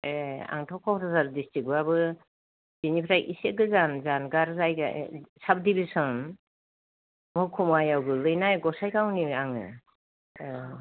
ए आंथ' क'क्राझार डिस्ट्रिकबाबो बिनिफ्राय इसे गोजान जानगार जायगा साब डिभिसन महकुमायाव गोग्लैनाय गसाइगावनि आङो औ